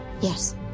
Yes